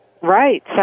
Right